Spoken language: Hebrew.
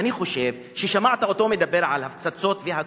אני חושב ששמעת אותו מדבר על הפצצות ועל הכול,